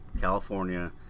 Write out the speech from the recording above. California